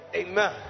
amen